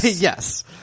Yes